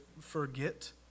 forget